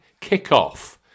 kickoff